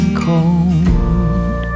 cold